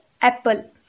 apple